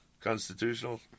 constitutional